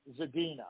Zadina